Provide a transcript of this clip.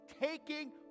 taking